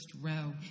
row